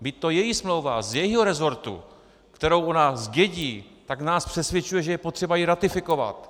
Být to její smlouva, z jejího rezortu, kterou ona zdědí, tak nás přesvědčuje, že je potřeba ji ratifikovat.